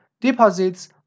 deposits